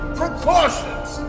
precautions